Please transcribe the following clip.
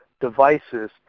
devices